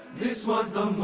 this was